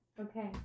Okay